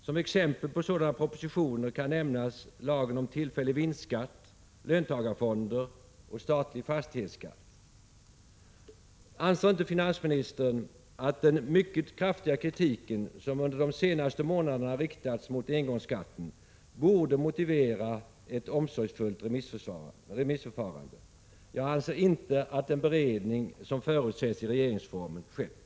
Som exempel på sådana propositioner kan nämnas propositionerna om lagen om tillfällig vinstskatt, om löntagarfonder och om statlig fastighetsskatt. Anser inte finansministern att den mycket kraftiga kritik som under de senaste månaderna riktats mot engångsskatten borde motivera ett omsorgsfullt remissförfarande? Jag anser inte att den beredning som förutsätts i regeringsformen skett.